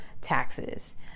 taxes